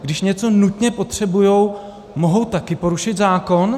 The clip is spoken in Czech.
Když něco nutně potřebují, mohou taky porušit zákon?